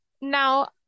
Now